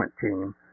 team